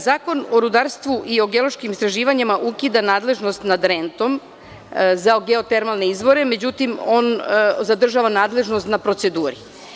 Zakon o rudarstvu i o geološkim istraživanjima ukida nadležnost nad rentom za geotermalne izvore, međutim, on zadržava nadležno na proceduri.